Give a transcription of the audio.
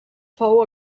fou